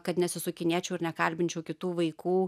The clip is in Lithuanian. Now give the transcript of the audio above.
kad nesisukinėčiau ir nekalbinčiau kitų vaikų